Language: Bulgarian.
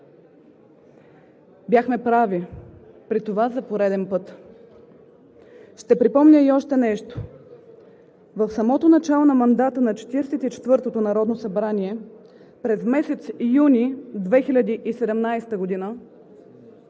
Бяхме прави, при това за пореден път. Ще припомня и още нещо. В самото начало на мандата на Четиридесет и четвъртото народно събрание през месец юни 2017 г.